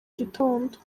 gitondo